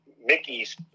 Mickey's